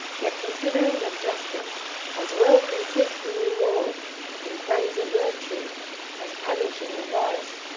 yet considering that justice as well consists in reward and praise of virtue as punishing of vice,